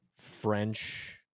French